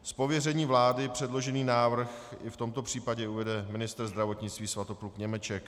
Z pověření vlády předložený návrh i v tomto případě uvede ministr zdravotnictví Svatopluk Němeček.